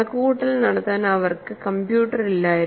കണക്കുകൂട്ടൽ നടത്താൻ അവർക്ക് കമ്പ്യൂട്ടർ ഇല്ലായിരുന്നു